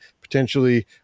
potentially